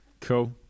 Cool